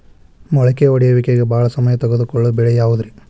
ಮೊಳಕೆ ಒಡೆಯುವಿಕೆಗೆ ಭಾಳ ಸಮಯ ತೊಗೊಳ್ಳೋ ಬೆಳೆ ಯಾವುದ್ರೇ?